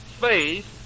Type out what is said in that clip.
faith